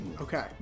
Okay